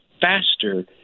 faster